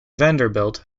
vanderbilt